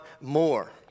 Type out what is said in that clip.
more